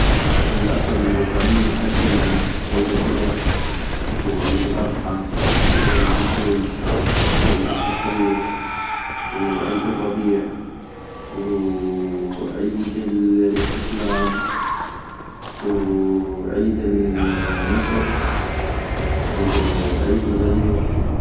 العطل الوطنية عدنا ، عيد الفطرو عيد الاضحى وعيد الجيش وعيد التحرير وعيد الربيع وعيد الاستقلال وعيد النصر وعيد الغدير